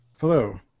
Hello